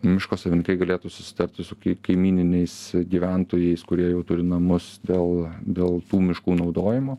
miško savininkai galėtų susitarti su kaimyniniais gyventojais kurie jau turi namus dėl dėl tų miškų naudojimo